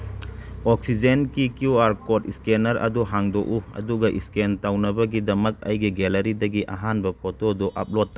ꯑꯣꯛꯁꯤꯖꯦꯟꯀꯤ Q R code scanner ꯑꯗꯨ ꯍꯥꯡꯗꯣꯛꯎ ꯑꯗꯨꯒ ꯏꯁꯀꯦꯟ ꯇꯧꯅꯕꯒꯤꯗꯃꯛ ꯑꯩꯒꯤ ꯒꯦꯂꯔꯤꯗꯒꯤ ꯑꯍꯥꯟꯕ ꯐꯣꯇꯣꯗꯨ ꯑꯞꯂꯣꯠ ꯇꯧ